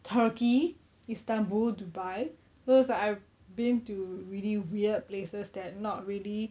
turkey istanbul dubai so it's like I've been to really weird places that not really